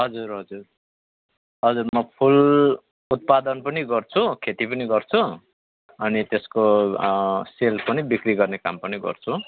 हजुर हजुर हजुर म फुल उत्पादन पनि गर्छु खेती पनि गर्छु अनि त्यसको सेल पनि बिक्री गर्ने काम पनि गर्छु